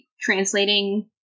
translating